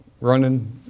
running